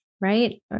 right